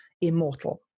immortal